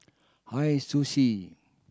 Hi Sushi